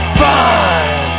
fun